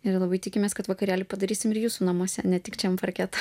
ir labai tikimės kad vakarėlį padarysim ir jūsų namuose ne tik čia ant parketo